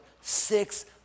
six